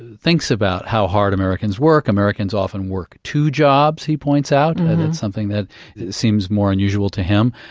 thinks about how hard americans work. americans often work two jobs, he points out, and and it's something that seems more unusual to him.